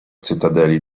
cytadeli